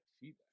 feedback